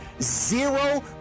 zero